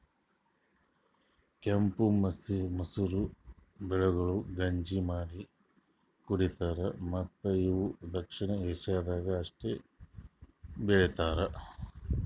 ಕೆಂಪು ಮಸೂರ ಬೆಳೆಗೊಳ್ ಗಂಜಿ ಮಾಡಿ ಕುಡಿತಾರ್ ಮತ್ತ ಇವು ದಕ್ಷಿಣ ಏಷ್ಯಾದಾಗ್ ಅಷ್ಟೆ ಬೆಳಿತಾರ್